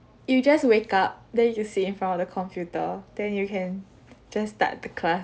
you just wake up then you sit in front of the computer then you can just start the class